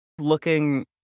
looking